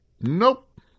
Nope